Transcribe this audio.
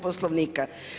Poslovnika.